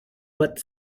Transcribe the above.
but